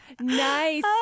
Nice